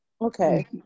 okay